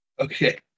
Okay